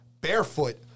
barefoot